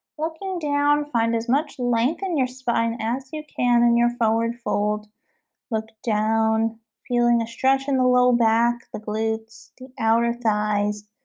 looking down find as much lengthen your spine as you can and your forward fold look down feeling a stretch in the low back glutes the outer thighs